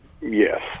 yes